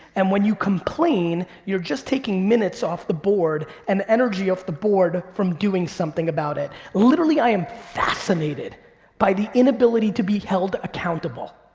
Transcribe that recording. and when you complain, you're just taking minutes off the board, and energy off the board, from doing something about it. literally i am fascinated by the inability to be held accountable.